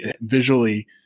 visually